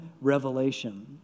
revelation